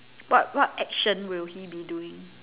what what action will he be doing